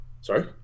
Sorry